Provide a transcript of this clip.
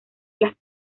las